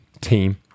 team